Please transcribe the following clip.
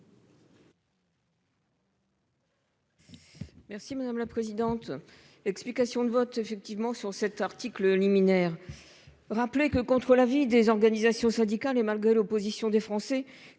Merci madame la présidente. Explications de vote effectivement sur cet article liminaire. Rappelé que contre l'avis des organisations syndicales et malgré l'opposition des Français